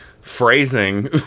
phrasing